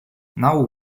now